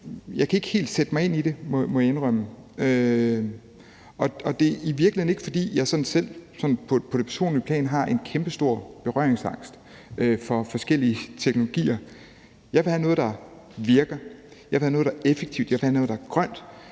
jeg ikke helt sætte mig ind i, må jeg indrømme. Det er i virkeligheden ikke, fordi jeg sådan selv på det personlige plan har en kæmpestor berøringsangst for forskellige teknologier. Jeg vil have noget, der virker, jeg vil have noget, der er effektivt, jeg vil have noget, der er grønt,